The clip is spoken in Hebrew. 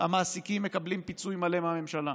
המעסיקים מקבלים פיצוי מלא מהממשלה.